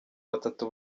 batatu